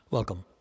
Welcome